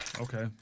Okay